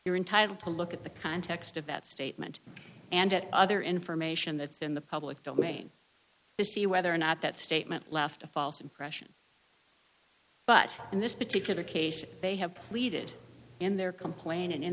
you're entitled to look at the context of that statement and other information that's in the public domain to see whether or not that statement left a false impression but in this particular case they have pleaded in their complaint and